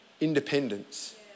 independence